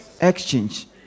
Exchange